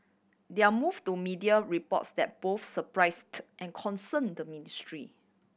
their move to media reports that both surprised and concerned the ministry